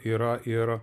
yra ir